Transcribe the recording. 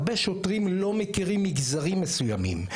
הרבה שוטרים לא מכירים מגזרים מסוימים,